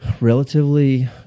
relatively